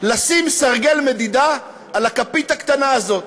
לשים סרגל מדידה על הכפית הקטנה הזו,